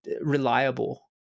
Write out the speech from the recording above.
reliable